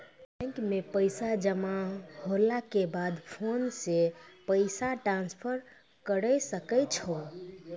bank मे पैसा जमा होला के बाद फोन से पैसा ट्रांसफर करै सकै छौ